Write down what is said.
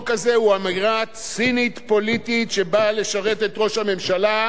שבאה לשרת את ראש הממשלה בזירה הפנימית ובזירה החיצונית.